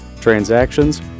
transactions